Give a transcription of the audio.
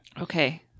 Okay